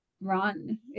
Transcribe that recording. run